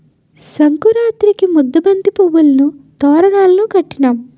సంకురాతిరికి ముద్దబంతి పువ్వులును తోరణాలును కట్టినాం